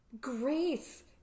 Grace